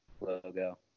logo